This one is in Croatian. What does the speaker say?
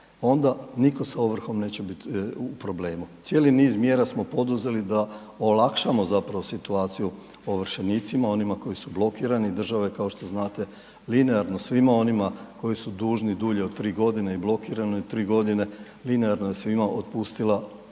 onda nitko sa ovrhom neće biti u problemu. Cijeli niz mjera smo poduzeli da olakšamo situaciju ovršenicima, onima koji su blokirani. Država je kao što znate linearno svima onima koji su dužni dulje od tri godine i blokirani tri godine linearno je svima otpustila